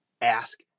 ask